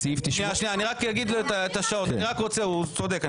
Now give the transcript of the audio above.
רק שנייה, הוא צודק.